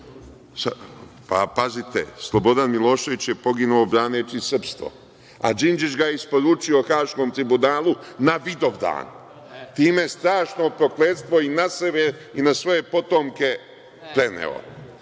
Pa, pazite, Slobodan Milošević je poginuo braneći srpstvo, a Đinđić ga je isporučio Haškom tribunalu na Vidovdan. Time je strašno prokletstvo i na sebe i na svoje potomke preneo.